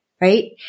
right